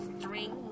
drink